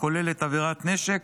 הכוללת עבירת נשק,